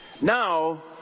Now